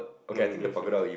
no you are real faked